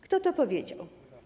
Kto to powiedział?